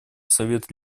совет